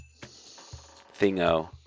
thingo